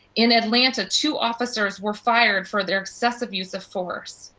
in atlanta, two officers were fired for their excessive use of force.